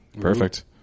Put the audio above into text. Perfect